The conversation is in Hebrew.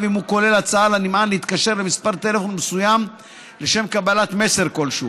אם הוא כולל הצעה לנמען להתקשר למספר טלפון מסוים לשם קבלת מסר כלשהו.